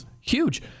Huge